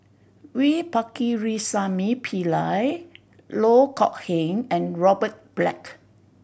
V Pakirisamy Pillai Loh Kok Heng and Robert Black